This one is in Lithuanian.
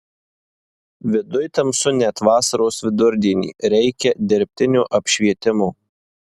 viduj tamsu net vasaros vidurdienį reikia dirbtino apšvietimo